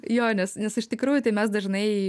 jo nes nes iš tikrųjų tai mes dažnai